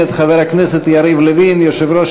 חברי כנסת שבאים ומאפשרים לייתר את קיומו של